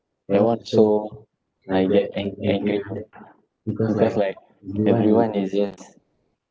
everyone show like their ang~ anger because like everyone is just